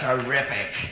Terrific